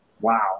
wow